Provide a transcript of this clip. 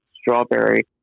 strawberry